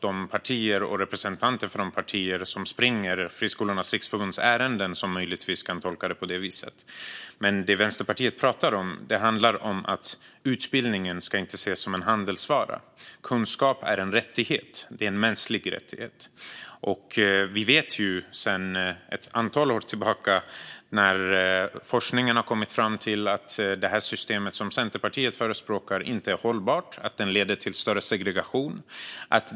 Det är enbart representanter för de partier som springer Friskolornas riksförbunds ärenden som möjligtvis kan tolka det på det viset. Det som Vänsterpartiet pratar om handlar om att utbildning inte ska ses som en handelsvara. Kunskap är en mänsklig rättighet. Vi vet sedan ett antal år tillbaka att forskningen har kommit fram till att det system som Centerpartiet förespråkar inte är hållbart och att det leder till större segregation.